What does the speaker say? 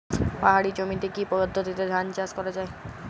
পাহাড়ী জমিতে কি পদ্ধতিতে ধান চাষ করা যায়?